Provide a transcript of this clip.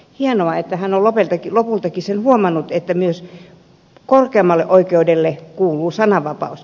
hienoa että hän on lopultakin sen huomannut että myös korkeimmalle oikeudelle kuuluu sananvapaus